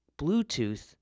bluetooth